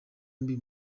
mbi